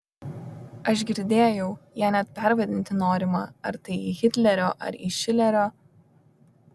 aš girdėjau ją net pervadinti norima ar tai į hitlerio ar į šilerio